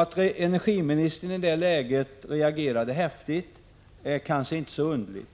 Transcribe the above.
Att energiministern i det läget reagerar häftigt är kanske inte så underligt.